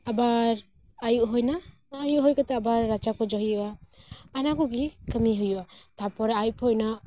ᱟᱵᱟᱨ ᱟᱭᱩᱵ ᱦᱩᱭᱱᱟ ᱟᱭᱩᱜ ᱦᱩᱭ ᱠᱟᱛᱮ ᱟᱵᱟᱨ ᱨᱟᱪᱟ ᱠᱚ ᱡᱚᱜᱽ ᱦᱩᱭᱩᱜᱼᱟ ᱚᱱᱟ ᱠᱚᱜᱮ ᱠᱟᱹᱢᱤ ᱦᱩᱭᱩᱜᱼᱟ ᱛᱟᱯᱚᱨᱮ ᱟᱭᱩᱵ ᱦᱩᱭᱱᱟ